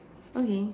okay